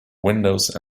windows